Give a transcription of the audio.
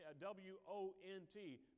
W-O-N-T